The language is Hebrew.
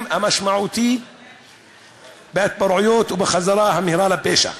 המשמעותי בהתפרעויות ובחזרה המהירה לפשע.